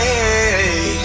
Hey